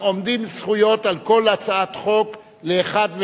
עומדות זכויות, על כל הצעת חוק לאחד.